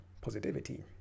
positivity